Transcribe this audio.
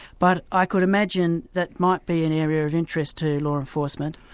but i could imagine that might be an area of interest to law enforcement,